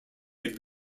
had